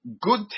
good